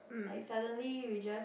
like suddenly we just